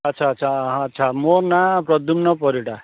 ଆଚ୍ଛା ଆଚ୍ଛା ହଁ ଆଚ୍ଛା ମୋ ନାଁ ପ୍ରଦ୍ୟୁମ୍ନ ପରିଡ଼ା